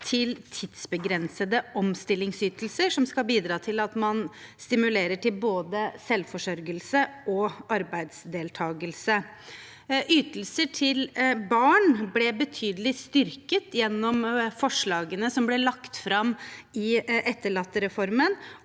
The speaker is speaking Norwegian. til tidsbegrensede omstillingsytelser, som skal bidra til at man stimulerer til både selvforsørgelse og arbeidsdeltakelse. Ytelser til barn ble betydelig styrket gjennom forslagene som ble lagt fram i etterlattereformen,